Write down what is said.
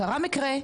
קרה מקרה,